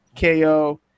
KO